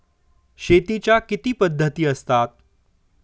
शेतीच्या किती पद्धती असतात?